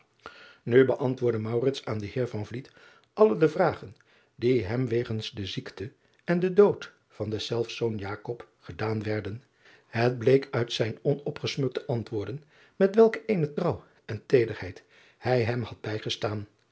u beantwoordde aan den eer alle de vragen die hem wegens de ziekte en den dood van deszelfs zoon gedaan werden et bleek uit zijn onopgesmukte antwoorden met welk eene trouw en teederheid hij hem had bijgestaan